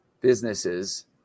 businesses